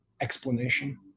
explanation